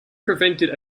prevented